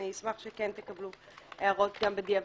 אני אשמח שכן תקבלו הערות גם בדיעבד.